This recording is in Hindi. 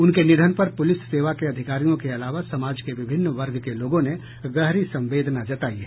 उनके निधन पर पुलिस सेवा के अधिकारियों के अलावा समाज के विभिन्न वर्ग के लोगों ने गहरी संवेदना जतायी है